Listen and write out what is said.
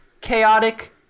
Chaotic